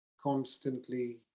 constantly